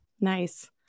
Nice